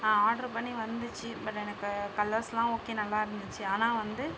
order பண்ணி வந்துச்சு but எனக்கு கலர்ஸுலாம் ஓகே நல்லா இருந்துச்சு ஆனால் வந்து